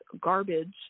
garbage